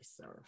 serve